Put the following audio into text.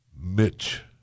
Mitch